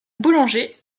boulanger